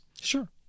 Sure